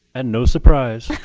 and no surprise,